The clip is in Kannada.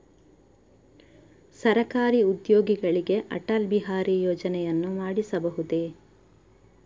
ಸರಕಾರಿ ಉದ್ಯೋಗಿಗಳಿಗೆ ಅಟಲ್ ಬಿಹಾರಿ ಯೋಜನೆಯನ್ನು ಮಾಡಿಸಬಹುದೇ?